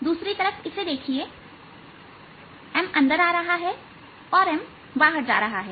दूसरी तरफ इसे देखिए M अंदर आ रहा है और M बाहर जा रहा है